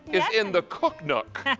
is in the cook nook.